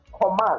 command